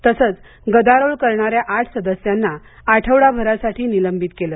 तसंच गदारोळ करणाऱ्या आठ सदस्यांना आठवडाभरासाठी निलंबित केलं